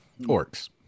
Orcs